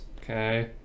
Okay